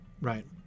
Right